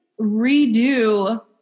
redo